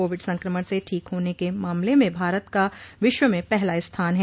Covid संक्रमण से ठीक होने के मामले में भारत का विश्व में पहला स्थान है